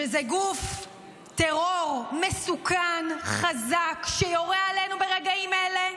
שזה גוף טרור מסוכן, חזק, שיורה עלינו ברגעים אלה,